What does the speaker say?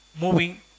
moving